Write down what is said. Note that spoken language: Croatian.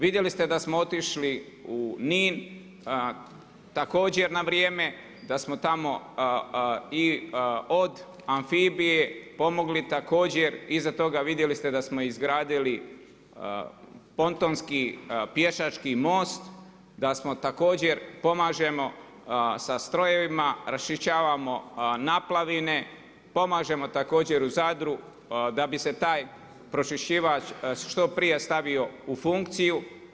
Vidjeli ste da smo otišli u Nin također na vrijeme, da smo tamo i od amfibije pomogli također, iza toga vidjeli ste da smo izgradili pontonski pješački most, da smo također, pomažemo sa strojevima, raščišćavamo naplavine, pomažemo također u Zadru da bi se taj pročiščivać što prije stavio u funkciju.